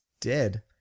dead